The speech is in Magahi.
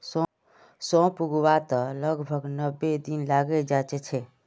सौंफक उगवात लगभग नब्बे दिन लगे जाच्छे